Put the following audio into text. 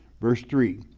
verse three,